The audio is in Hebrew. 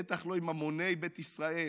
בטח לא עם המוני בית ישראל.